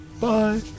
Bye